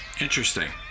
Interesting